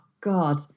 God